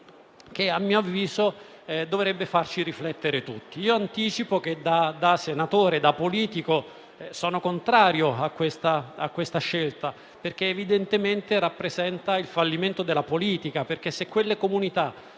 che, a mio avviso, dovrebbe fare riflettere tutti. Anticipo che da politico e da senatore sono contrario a questa scelta, che evidentemente rappresenta il fallimento della politica: se infatti quelle comunità